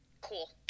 cool